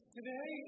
Today